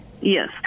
Yes